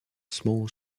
small